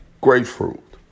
grapefruit